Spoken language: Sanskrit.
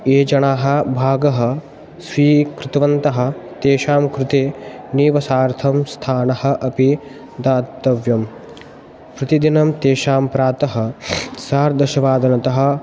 ये जनाः भागं स्वीकृतवन्तः तेषां कृते निवासार्थं स्थानम् अपि दातव्यं प्रतिदिनं तेषां प्रातः सार्ध दशवादनतः